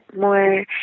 more